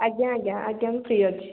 ଆଜ୍ଞା ଆଜ୍ଞା ଆଜ୍ଞା ମୁଁ ଫ୍ରୀ ଅଛି